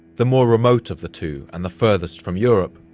the more remote of the two and the furthest from europe,